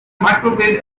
microwave